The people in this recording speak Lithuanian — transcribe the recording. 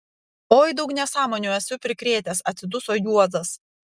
oi daug nesąmonių esu prikrėtęs atsiduso juozas